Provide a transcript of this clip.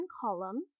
columns